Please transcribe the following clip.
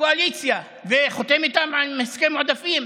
לקואליציה וחותם איתם על הסכם עודפים.